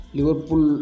Liverpool